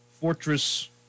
Fortress